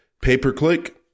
pay-per-click